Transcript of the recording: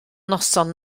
noson